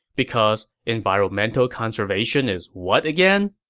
because environmental conservation is what again?